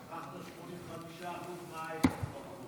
85% מההייטק ברחו.